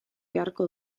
beharko